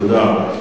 תודה.